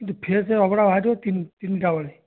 କିନ୍ତୁ ଫ୍ରେସ ଅଭଡ଼ା ବାହାରିବ ତିନିଟାବେଳେ